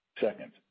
Second